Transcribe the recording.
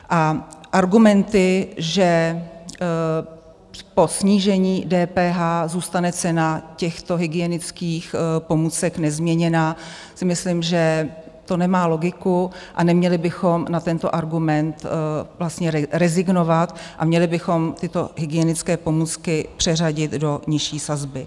A argumenty, že po snížení DPH zůstane cena těchto hygienických pomůcek nezměněná, si myslím, že to nemá logiku, a neměli bychom na tento argument vlastně rezignovat a měli bychom tyto hygienické pomůcky přeřadit do nižší sazby.